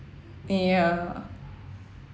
ya